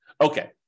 Okay